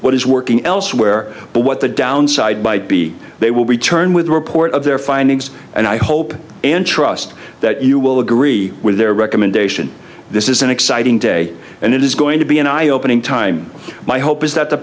what is working elsewhere but what the downside byt be they will return with a report of their findings and i hope and trust that you will agree with their recommendation this is an exciting day and it is going to be an eye opening time my hope is that the